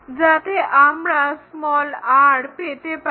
যাতে আমরা r পেতে পারি